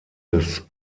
des